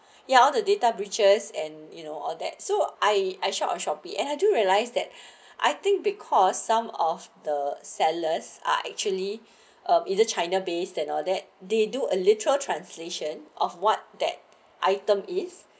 ya all the data breaches and you know all that so I I shop of shopee and I do realize that I think because some of the sellers are actually um either china based and all that they do a literal translation of what that item is